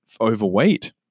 Overweight